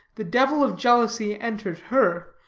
the devil of jealousy entered her,